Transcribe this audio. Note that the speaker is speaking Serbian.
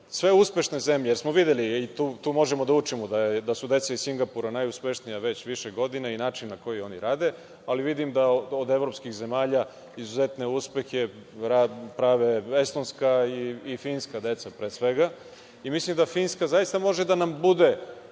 sve uspešne zemlje, jer smo videli i tu možemo da učimo da su deca iz Singapura najuspešnija, već više godina i način na koji oni rade, ali vidim da od evropskih zemalja, izuzetne uspehe prave Estonska i Finska deca, pre svega. Mislim da Finska zaista može da nam bude